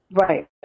Right